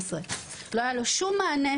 לא היה לו שום מענה.